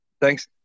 Thanks